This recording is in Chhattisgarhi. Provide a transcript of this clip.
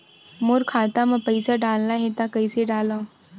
मोर खाता म पईसा डालना हे त कइसे डालव?